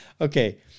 Okay